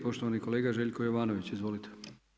Poštovani kolega Željko Jovanović, izvolite.